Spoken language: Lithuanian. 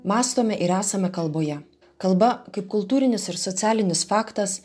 mąstome ir esame kalboje kalba kaip kultūrinis ir socialinis faktas